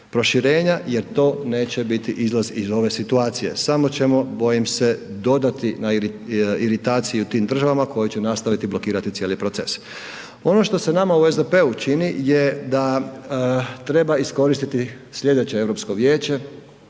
proširenja jer to neće biti izlaz iz ove situacije. Samo ćemo bojim se dodati na iritaciji u tim državama koje će nastaviti blokirati cijeli proces. Ono što se nama u SDP-u čini je da treba iskoristiti sljedeće Europsko vijeće